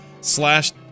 slash